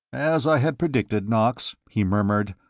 as i had predicted, knox, he murmured,